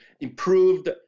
improved